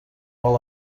all